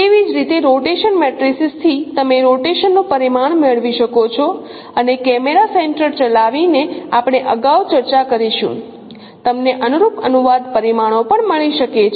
તેવી જ રીતે રોટેશન મેટ્રિસીઝ થી તમે રોટેશન નું પરિમાણ મેળવી શકો છો અને કેમેરા સેન્ટર ચલાવીને આપણે અગાઉ ચર્ચા કરીશું તમને અનુરૂપ અનુવાદ પરિમાણો પણ મળી શકે છે